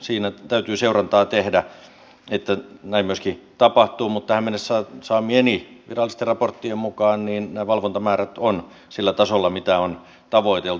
siinä täytyy seurantaa tehdä että näin myöskin tapahtuu mutta tähän mennessä saamieni virallisten raporttien mukaan ne valvontamäärät ovat sillä tasolla mitä on tavoiteltu